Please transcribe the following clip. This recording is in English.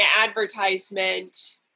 advertisement